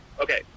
okay